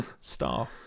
star